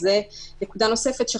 זאת נקודה נוספת,